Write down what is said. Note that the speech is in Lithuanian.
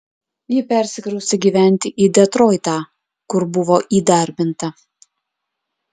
ji persikraustė gyventi į detroitą kur buvo įdarbinta